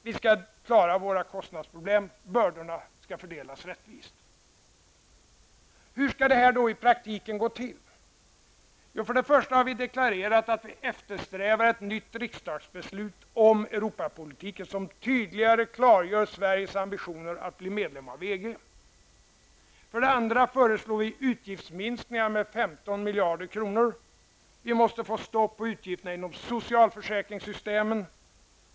Vi skall klara våra problem och bördorna skall fördelas rättvist. Hur skall det här i praktiken gå till? För det första har vi deklarerat att vi eftersträvar ett nytt riksdagsbeslut om Europapolitiken, som tydligare klargör Sveriges ambitioner att bli medlem av EG. För det andra föreslår vi utgiftsminskningar med 15 miljarder kronor. Vi måste få stopp på utgifterna inom socialförsäkringssystemet.